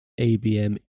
ABM